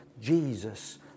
jesus